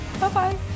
bye-bye